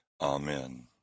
Amen